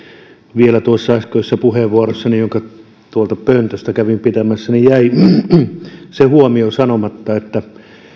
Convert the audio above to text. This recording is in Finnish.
vielä tuossa äskeisessä puheenvuorossani jonka tuolta pöntöstä kävin pitämässä jäi se huomio sanomatta että